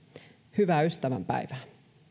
hyvää ystävänpäivää